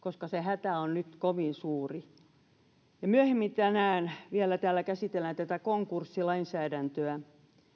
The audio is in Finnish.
koska se hätä on nyt kovin suuri myöhemmin tänään vielä täällä käsitellään tätä konkurssilainsäädäntöä